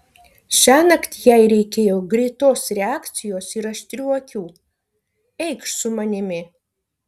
šiąnakt jai reikėjo greitos reakcijos ir aštrių akių eikš su manimi